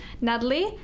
Natalie